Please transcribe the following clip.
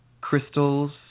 crystals